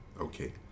okay